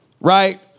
right